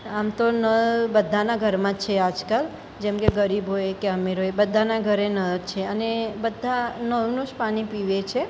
આમ તો નળ બધાના ઘરમાં છે આજકાલ જેમ કે ગરીબ હોય કે અમીર હોય બધાના ઘરે નળ છે અને બધા નળનું જ પાણી પીવે છે